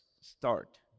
Start